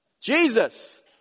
Jesus